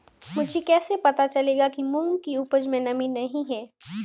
मुझे कैसे पता चलेगा कि मूंग की उपज में नमी नहीं है?